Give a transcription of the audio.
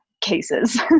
cases